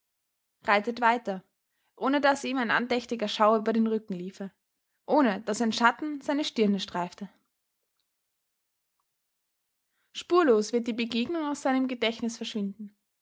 reitet weiter ohne daß ihm ein andächtiger schauer über den rücken liefe ohne daß ein schatten seine stirne streifte spurlos wird die begegnung aus seinem gedächtnis verschwinden